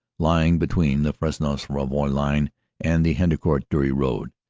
lying between the fresnes-rouvroy line and the hendecourt-dury road,